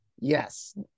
yes